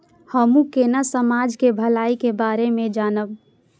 हमू केना समाज के भलाई के बारे में जानब?